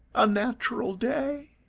a natural day,